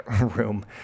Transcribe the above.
room